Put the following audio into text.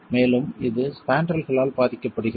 மேலும் இது ஸ்பாண்ட்ரல்களால் பாதிக்கப்படுகிறது